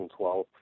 2012